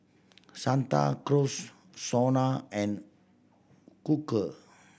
Santa Cruz SONA and Quaker